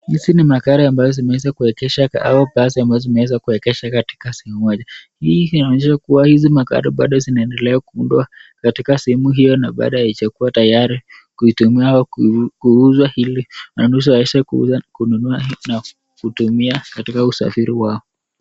Hizi ni magari ambayo zimeweza kuegeshwa au basi ambazo zimeeza kuegeshwa katika sehemu moja. Hii inaonyesha kuwa hizi magari bado zinaendelea kuundwa katika sehemu hiyo, na bado haijakuwa tayari kuitumia kuuzwa ili wanunuzi waweze kununua ili kutumia katika usafiri wao.